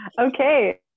Okay